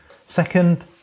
Second